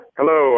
Hello